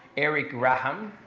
eric raham.